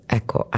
ecco